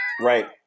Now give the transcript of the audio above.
Right